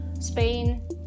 Spain